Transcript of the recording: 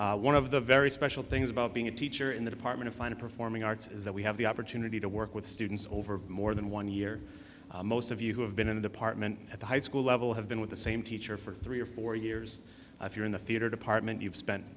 years one of the very special things about being a teacher in the department of fine of performing arts is that we have the opportunity to work with students over more than one year most of you who have been in the department at the high school level have been with the same teacher for three or four years if you're in the theater department you've spent